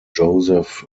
joseph